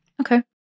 okay